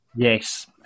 Yes